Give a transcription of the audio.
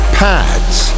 pads